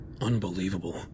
unbelievable